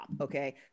okay